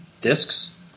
discs